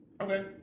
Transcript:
Okay